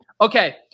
okay